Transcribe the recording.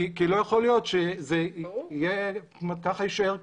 ולא יכול להיות שהוא ככה יישאר קבוע.